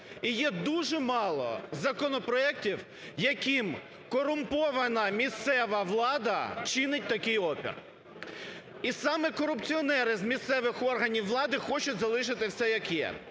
І є дуже мало законопроектів, яким корумпована місцева влада чинить такий опір. І саме корупціонери з місцевих органів влади хочуть залишити все, як є.